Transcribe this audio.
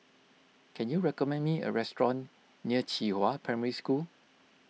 can you recommend me a restaurant near Qihua Primary School